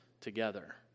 together